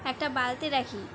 একটা বালতি রাখি